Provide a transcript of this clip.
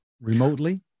remotely